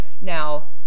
Now